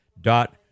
dot